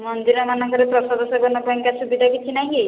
ମନ୍ଦିର ମାନଙ୍କରେ ପ୍ରସାଦ ସେବନ ପାଇଁକା ସୁବିଧା କିଛି ନାହିଁ କି